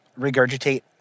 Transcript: regurgitate